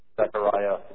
Zechariah